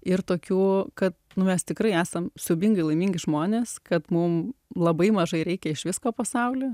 ir tokių kad mes tikrai esam siaubingai laimingi žmonės kad mum labai mažai reikia iš visko pasauly